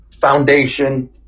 foundation